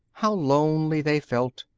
how lonely they felt,